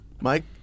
Mike